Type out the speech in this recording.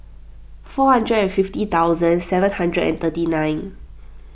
four hundred and fifty thousand seven hundred and thirty nine